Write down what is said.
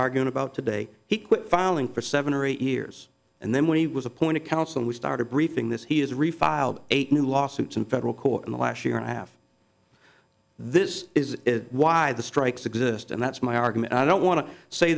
arguing about today he quit filing for seven or eight years and then when he was appointed counsel we started briefing this he is refiled eight new lawsuits in federal court in the last year and a half this is why the strikes exist and that's my argument i don't wan